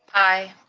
aye.